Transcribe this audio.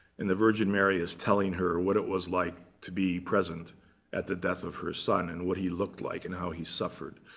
and the virgin mary is telling her what it was like to be present at the death of her son, and what he looked like, and how he suffered.